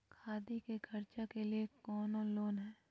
सादी के खर्चा के लिए कौनो लोन है?